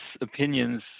opinions